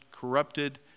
corrupted